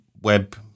web